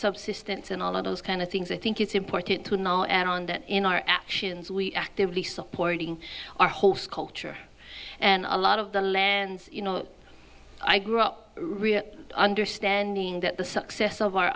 subsistence and all of those kind of things i think it's important to now add on that in our actions we actively supporting our whole culture and a lot of the lands you know i grew up really understanding that the success of our